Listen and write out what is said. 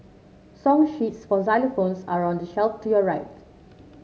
song sheets for xylophones are on the shelf to your right